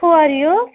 who are you